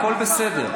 הכול בסדר.